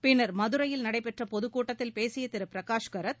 பின்னர் மதுரையில் நடைபெற்ற பொதுக் கூட்டத்தில் பேசிய திரு பிரகாஷ் காரத்